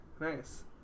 Nice